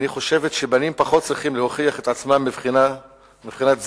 אני חושבת שבנים פחות צריכים להוכיח את עצמם מבחינת זה,